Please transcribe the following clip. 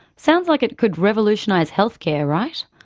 sounds like it could revolutionise healthcare, right?